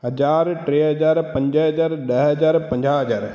हज़ार टे हज़ार पंज हज़ार ॾह हज़ार पंजाह हज़ार